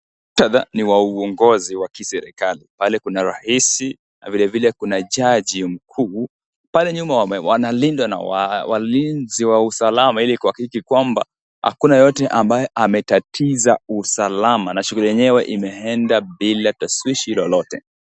Muktadha ni wa uongozi wa kiserikali. Pale kuna rais na vilevile kuna jaji mkuu. Pale nyuma wanalindwa na walinzi wa usalama ili kuhakiki kwamba hakuna yeyote ambaye ametatiza usalama na shughuli yenyewe imeenda bila tashwishi lolote.